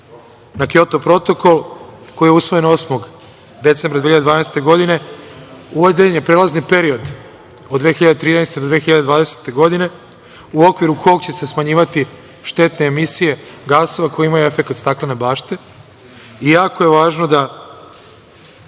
na Kjoto protokol, koji je usvojen 8. decembra 2012. godine, uveden je prelazni period od 2013. do 2020. godine u okviru kog će se smanjivati štetne emisije gasova koji imaju efekat staklene bašte i jako je važno da